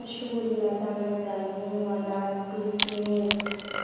রসগোল্লা দানাদার মোয়া লাড্ডু কেক